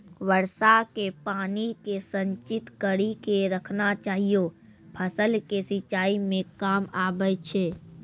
वर्षा के पानी के संचित कड़ी के रखना चाहियौ फ़सल के सिंचाई मे काम आबै छै?